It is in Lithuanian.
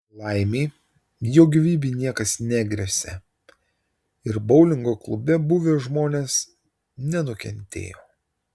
laimei jo gyvybei niekas negresia ir boulingo klube buvę žmonės nenukentėjo